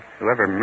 whoever